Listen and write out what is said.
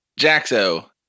Jaxo